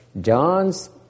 John's